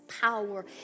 power